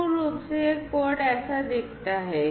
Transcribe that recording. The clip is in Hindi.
मूल रूप से यह कोड ऐसा दिखता है